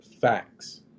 facts